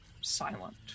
silent